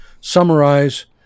summarize